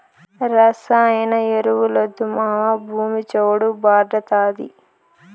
రసాయన ఎరువులొద్దు మావా, భూమి చౌడు భార్డాతాది